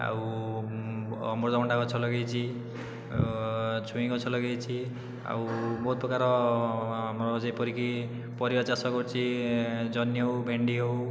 ଆଉ ଅମୃତ ଭଣ୍ଡା ଗଛ ଲଗାଇଛି ଛୁଇଁ ଗଛ ଲଗାଇଛି ଆଉ ବହୁତ ପ୍ରକାର ଆମର ଯେପରିକି ପରିବା ଚାଷ କରୁଛି ଜହ୍ନି ହେଉ ଭେଣ୍ଡି ହେଉ